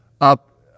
up